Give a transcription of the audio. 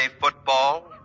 football